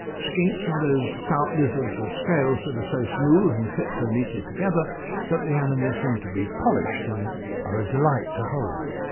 skinks are those stout lizards with scales that are so smooth and fit so neatly together that the animals seem to be polished and are a delight to hold.